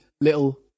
little